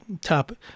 top